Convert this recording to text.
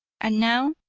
and now,